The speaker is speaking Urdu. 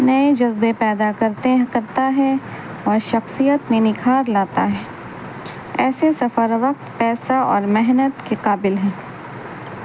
نئے جذبے پیدا کرتے ہیں کرتا ہے اور شخصیت میں نکھار لاتا ہے ایسے سفر وقت پیسہ اور محنت کے قابل ہیں